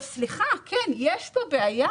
סליחה, כן, יש כאן בעיה.